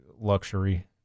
luxury